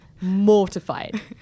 mortified